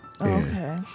Okay